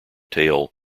tale